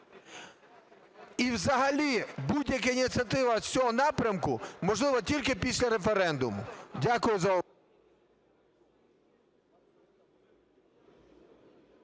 І взагалі будь-яка ініціатива з цього напрямку можлива тільки після референдуму. Дякую за увагу.